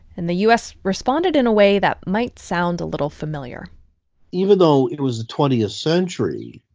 and the u s. responded in a way that might sound a little familiar even though it was the twentieth century,